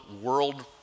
world